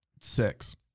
Six